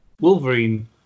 Wolverine